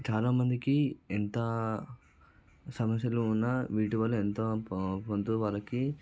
చాలా మందికి ఎంత సమస్యలు ఉన్నా వీటి వల్ల ఎంతో కొంత వరకు